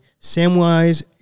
Samwise